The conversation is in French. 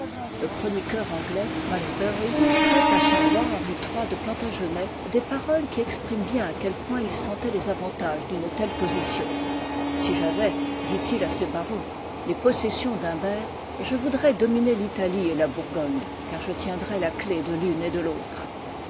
le chroniqueur anglais malmesbury prête à son roi henri iii de plantagenct des paroles qui expriment bien à quel point il sentait les avantages d'une telle position si j'avais dit-il à ses barons les possessions d'humbert je voudrais dominer l'italie et la bourgogne car je tiendrais la clef de l'une et de l'autre